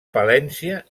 palència